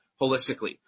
holistically